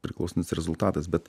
priklausnis rezultatas bet